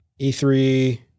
E3